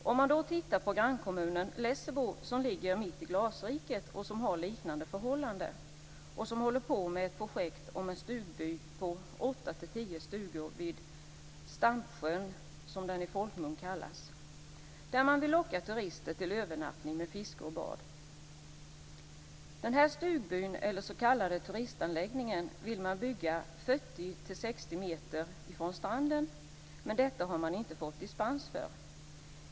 Man kan då titta på grannkommunen Lessebo, som ligger mitt i glasriket och som har liknande förhållanden. Där håller man på med ett projekt om en stugby på 8-10 stugor vid Stampsjön, som den i folkmun kallas, med vilken man vill locka turister till övernattning med fiske och bad. Den här stugbyn, eller s.k. turistanläggningen, vill man bygga 40-60 meter från stranden, men detta har man inte fått dispens för.